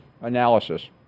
analysis